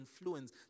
influence